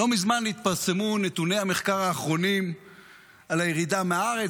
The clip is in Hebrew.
לא מזמן התפרסמו נתוני המחקר האחרונים על הירידה מהארץ